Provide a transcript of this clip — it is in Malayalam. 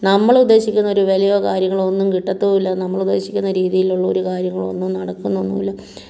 നമ്മളുദ്ദേശിക്കുന്ന ഒരു വിലയോ കാര്യങ്ങളോ ഒന്നും കിട്ടത്തുമില്ല നമ്മളുദ്ദേശിക്കുന്ന രീതിയിലുള്ള ഒരു കാര്യങ്ങളൊന്നും നടക്കുന്നൊന്നുമില്ല